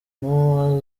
umuntu